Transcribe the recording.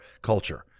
culture